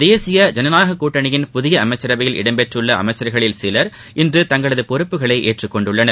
தேசிய ஜனநாயக கூட்டணியின் புதிய அமைச்சரவையில் இடம்பெற்றுள்ள அமைச்சர்களில் சிலர் இன்று தங்களது பொறுப்புகளை ஏற்றுக் கொண்டுள்ளனர்